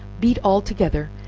beat all together,